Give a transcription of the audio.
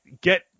get